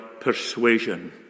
persuasion